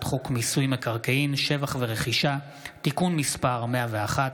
חוק מיסוי מקרקעין (שבח ורכישה) (תיקון מס' 101)